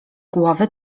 głowy